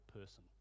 person